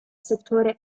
settore